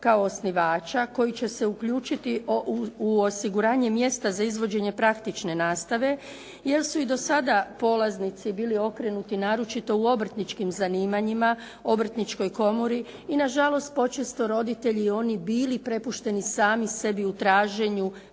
kao osnivača koji će se uključiti u osiguranje mjesta za izvođenje praktične nastave, jer su i do sada polaznici biti okrenuti, naročito u obrtničkim zanimanjima, Obrtničkoj komori i nažalost počesto roditelji i oni bili prepušteni sami sebi u traženju